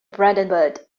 brandenburg